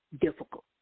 difficult